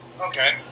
Okay